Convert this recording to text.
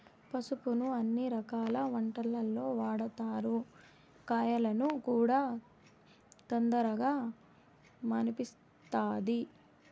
పసుపును అన్ని రకాల వంటలల్లో వాడతారు, గాయాలను కూడా తొందరగా మాన్పిస్తది